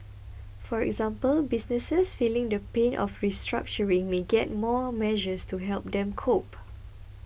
for example businesses feeling the pain of restructuring may get more measures to help them cope